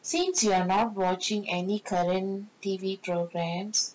since you are not watching any korean T_V programmes